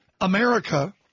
America